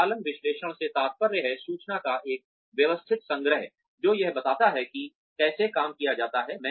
संचालन विश्लेषण से तात्पर्य है सूचना का एक व्यवस्थित संग्रह जो यह बताता है कि कैसे काम किया जाता है